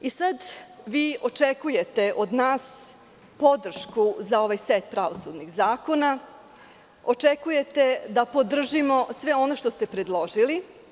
Sada vi očekujete od nas podršku za ovaj set pravosudnih zakona, očekujete da podržimo sve ono što ste predložili.